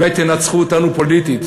אולי תנצחו אותנו פוליטית,